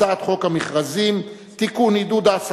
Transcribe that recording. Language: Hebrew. עוד מעט